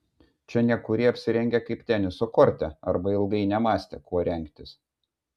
čia nekurie apsirengę kaip teniso korte arba ilgai nemąstė kuo rengtis